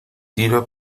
tira